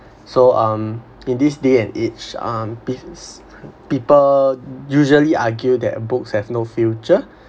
so um in this day and age um people usually argue that books have no future